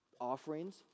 offerings